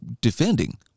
defending